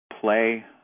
play